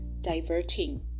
diverting